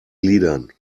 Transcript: gliedern